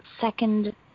second